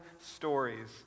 stories